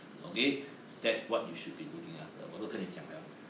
okay they that's what you should be looking after 我都跟你讲 liao